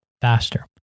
Faster